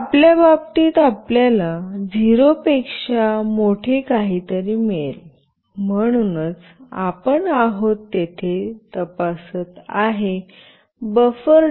तर आपल्या बाबतीत आपल्याला 0 पेक्षा मोठे काहीतरी मिळेल म्हणूनच आपण आहोत येथे तपासत आहे बफर